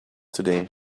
today